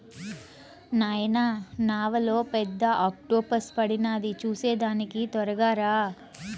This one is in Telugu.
నాయనా నావలో పెద్ద ఆక్టోపస్ పడినాది చూసేదానికి తొరగా రా